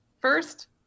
first